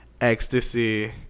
Ecstasy